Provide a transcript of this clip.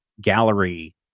gallery